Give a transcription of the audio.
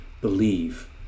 believe